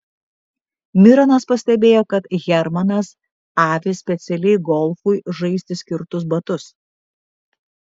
mironas pastebėjo kad hermanas avi specialiai golfui žaisti skirtus batus